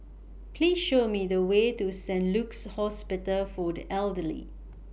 Please Show Me The Way to Saint Luke's Hospital For The Elderly